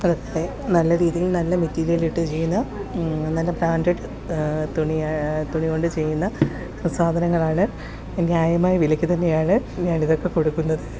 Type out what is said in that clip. അതൊക്കെ നല്ല രീതിയിൽ നല്ല മെറ്റീരിയലിട്ട് ചെയ്യുന്ന നല്ല ബ്രാൻഡെഡ് തുണി യ തുണി കൊണ്ട് ചെയ്യുന്ന സാധനങ്ങളാണ് ന്യായമായ വിലയ്ക്ക് തന്നെയാണ് ഞാനിതൊക്കെ കൊടുക്കുന്നത്